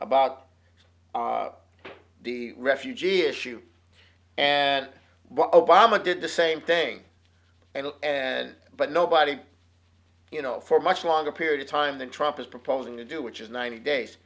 about the refugee issue and what obama did the same thing and but nobody you know for much longer period of time than trump is proposing to do which is ninety days